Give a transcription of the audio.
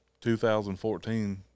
2014